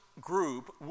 group